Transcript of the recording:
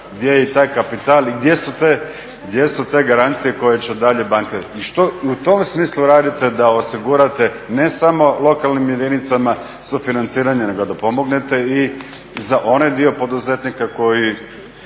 gdje je i taj kapital i gdje su te garancije koje će dalje banke i što u tom smislu radite da osigurate ne samo lokalnim jedinicama sufinanciranje nego da pomognete i za onaj dio poduzetnika koji